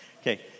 Okay